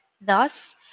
Thus